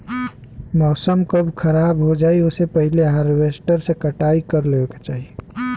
मौसम कब खराब हो जाई ओसे पहिले हॉरवेस्टर से कटाई कर लेवे के चाही